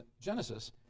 Genesis